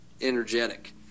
energetic